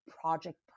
project